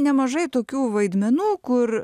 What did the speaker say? nemažai tokių vaidmenų kur